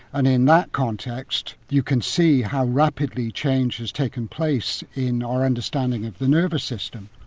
and in that context you can see how rapidly change has taken place in our understanding of the nervous system.